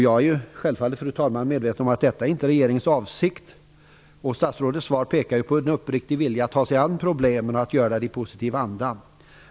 Jag är självfallet medveten, fru talman, om att detta inte är regeringens avsikt. Statsrådets svar pekar ju på en uppriktig vilja att ta sig an problemen och göra det i en positiv anda.